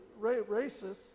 racists